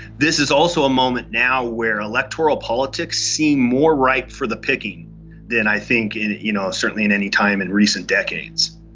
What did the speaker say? this is also a moment now where electoral politics seem more ripe for the picking than i think you know certainly any time in recent decades,